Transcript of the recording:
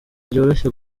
byoroshye